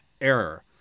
error